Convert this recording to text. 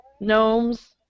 Gnomes